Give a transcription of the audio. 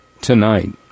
tonight